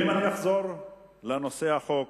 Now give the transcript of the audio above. ואם אחזור לנושא החוק,